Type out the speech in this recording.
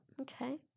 Okay